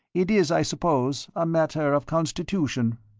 it is, i suppose, a matter of constitution.